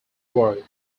word